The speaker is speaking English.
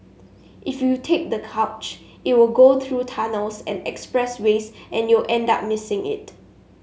if you take the coach it will go through tunnels and expressways and you'll end up missing it